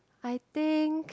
I think